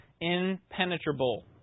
impenetrable